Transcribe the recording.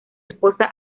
esposa